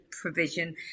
provision